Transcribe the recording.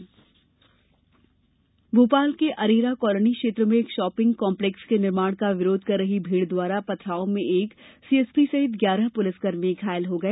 पुलिसकर्मी घायल भोपाल के अरेरा कॉलोनी क्षेत्र में एक शॉपिंग कॉम्प्लेक्स के निर्माण का विरोध कर रही भीड़ द्वारा पथराव में एक सीएसपी सहित ग्यारह पुलिस कर्मी घायल हो गए